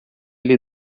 lhe